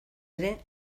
ere